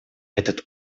этот